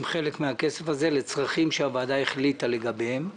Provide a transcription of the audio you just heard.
חלק מהכסף הזה לצרכים שהוועדה החליטה לגביהם.